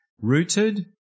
rooted